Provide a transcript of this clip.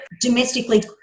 domestically